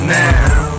now